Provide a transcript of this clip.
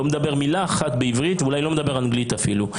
לא מדבר מילה אחת בעברית ואולי לא מדבר אנגלית אפילו.